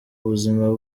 buzima